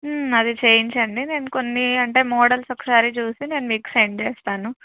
అది చేయించండి నేను కొన్ని అంటే మోడల్స్ ఒకసారి చూసి నేను మీకు సెండ్ చేస్తాను